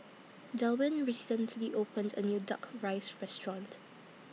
Delwin recently opened A New Duck Rice Restaurant